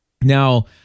Now